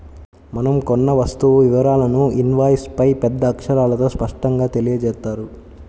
మనం కొన్న వస్తువు వివరాలను ఇన్వాయిస్పై పెద్ద అక్షరాలతో స్పష్టంగా తెలియజేత్తారు